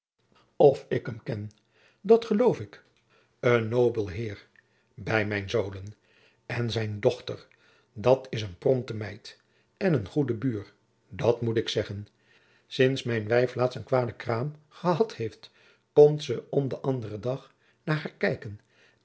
of ik hum ken dat eloof ik een nobel heer bij mijn zolen en zijn dochter dat is een pronte meid en een goede buur dat moet ik zeggen sints mijn wijf laôtst eene kwaôde kraôm ehad heit komt ze om den aôren dag naar heur kijken